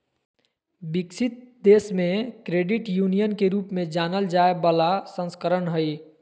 विकसित देश मे क्रेडिट यूनियन के रूप में जानल जाय बला संस्करण हइ